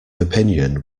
opinion